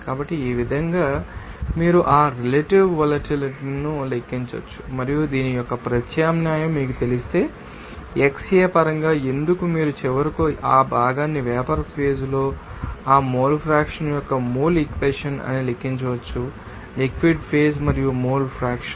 కాబట్టి ఈ విధంగా కూడా మీరు ఆ రెలెటివ్ వొలటిలిటీ ను లెక్కించవచ్చు మరియు దీని యొక్క ప్రత్యామ్నాయం మీకు తెలిస్తే XA పరంగా ఎందుకు మీరు చివరకు ఆ భాగాన్ని వేపర్ ఫేజ్ లో ఆ మోల్ ఫ్రాక్షన్ యొక్క మోల్ ఈక్వెషన్ అని లెక్కించవచ్చు లిక్విడ్ ఫేజ్ మరియు మోల్ ఫ్రాక్షన్